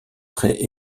pré